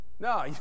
No